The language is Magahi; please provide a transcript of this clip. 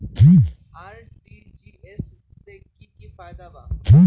आर.टी.जी.एस से की की फायदा बा?